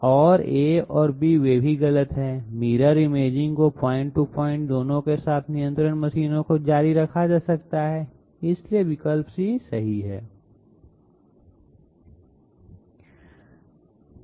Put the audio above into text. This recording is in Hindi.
और a और b वे भी गलत हैं मिरर इमेजिंग को पॉइंट टू पॉइंट दोनों के साथ साथ नियंत्रण मशीनों को जारी रखा जा सकता है इसलिए विकल्प c सही है